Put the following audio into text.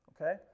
okay